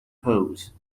pose